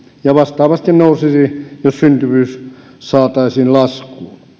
ja vastaavasti nousisi jos syntyvyys saataisiin laskuun